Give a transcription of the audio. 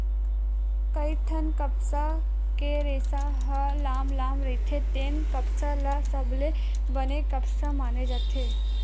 कइठन कपसा के रेसा ह लाम लाम रहिथे तेन कपसा ल सबले बने कपसा माने जाथे